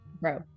bro